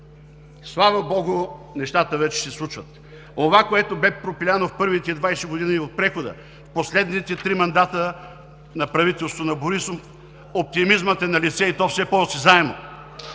Слава богу, нещата вече се случват. Онова, което бе пропиляно в първите 20 години от прехода, в последните три мандата на правителството на Борисов оптимизмът е налице, и то все по-осезаемо.